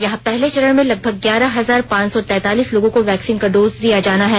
यहां पहले चरण में लगभग ग्यारह हजार पांच सौ तैंतालीस लोगों को वैक्सीन का डोज दिया जाना है